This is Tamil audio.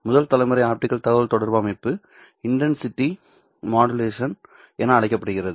முதல் தலைமுறை ஆப்டிகல் தகவல்தொடர்பு அமைப்பு இன்டன்சிட்டி மாடுலேஷன் என அழைக்கப்படுகிறது